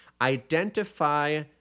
identify